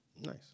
Nice